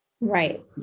Right